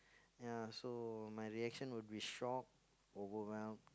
ya so my reaction will be shock overwhelmed